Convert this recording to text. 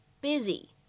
busy